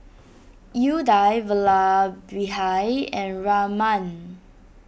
Udai Vallabhbhai and Raman